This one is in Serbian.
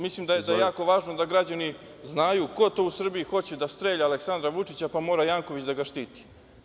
Mislim da je jako važno da građani znaju ko to u Srbiji hoće da strelja Aleksandra Vučića pa mora Janković da ga štiti.